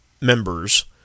members